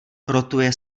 rotuje